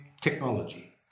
Technology